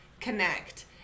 connect